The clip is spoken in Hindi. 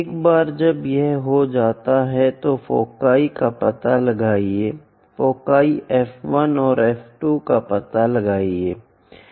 एक बार जब यह हो जाता है तो फोकी का पता लगाएं फोकी F 1 और F 2 का पता लगाएं